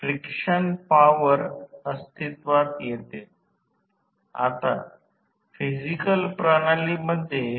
तर परिणामी short circuit स्थितीत निर्माण होणारा एक्साइटिंग विद्युत प्रवाह हा पूर्ण भारच्या सध्याच्या 0